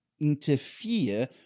interfere